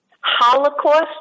Holocaust